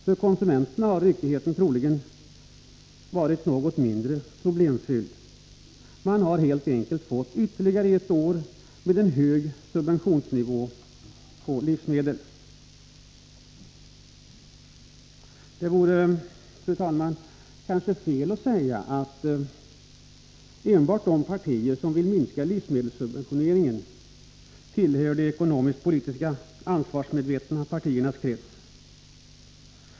För konsumenterna har ryckigheten troligen varit något mindre problemfylld. Man har helt enkelt fått ytterligare ett år med hög subventionsnivå på livsmedel. Det vore, fru talman, kanske fel att säga att enbart de partier som vill minska livsmedelssubventionerna tillhör de ekonomisk-politiskt ansvarsmedvetna partiernas krets.